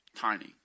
Tiny